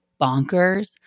bonkers